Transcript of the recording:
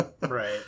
right